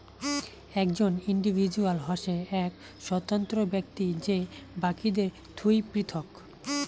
একজন ইন্ডিভিজুয়াল হসে এক স্বতন্ত্র ব্যক্তি যে বাকিদের থুই পৃথক